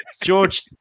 George